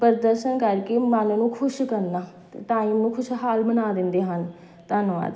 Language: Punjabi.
ਪ੍ਰਦਰਸ਼ਨ ਕਰਕੇ ਮਨ ਨੂੰ ਖੁਸ਼ ਕਰਨਾ ਅਤੇ ਟਾਈਮ ਨੂੰ ਖੁਸ਼ਹਾਲ ਬਣਾ ਦਿੰਦੇ ਹਨ ਧੰਨਵਾਦ